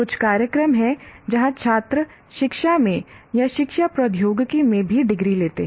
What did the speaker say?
कुछ कार्यक्रम हैं जहां छात्र शिक्षा में या शिक्षा प्रौद्योगिकी में भी डिग्री लेते हैं